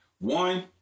One